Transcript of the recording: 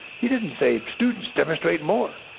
he didn't say, students, demonstrate more.